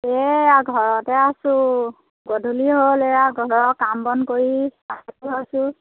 এয়া ঘৰতে আছোঁ গধূলি হ'ল এয়া ঘৰৰ কাম বন কৰি চাহ খাই আছোঁ